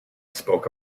spoke